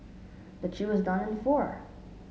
but she was done in four